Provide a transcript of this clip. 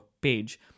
page